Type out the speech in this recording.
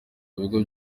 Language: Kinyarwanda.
bigo